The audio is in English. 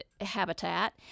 Habitat